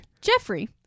Jeffrey